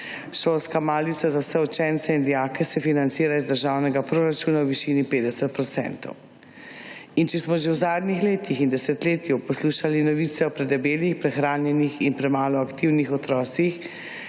Šolska malica za vse učence in dijake se financira iz državnega proračuna v višini 50 %. In če smo že v zadnjih letih in desetletju poslušali novice o predebelih, prehranjenih in premalo aktivnih otrocih,